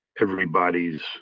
everybody's